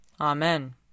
Amen